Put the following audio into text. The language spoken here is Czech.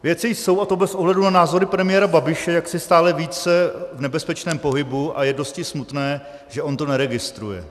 Věci jsou, a to bez ohledu na názory premiéra Babiše, jaksi stále více v nebezpečném pohybu a je dosti smutné, že on to neregistruje.